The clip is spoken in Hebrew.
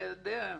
אתה יודע,